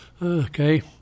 Okay